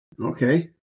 Okay